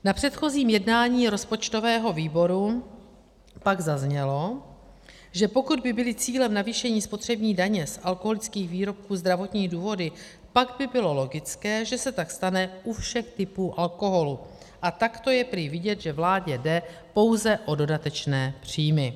Na předchozím jednání rozpočtového výboru pak zaznělo, že pokud by byly cílem navýšení spotřební daně z alkoholických výrobků zdravotní důvody, pak by bylo logické, že se tak stane u všech typů alkoholu, a takto je prý vidět, že vládě jde pouze o dodatečné příjmy.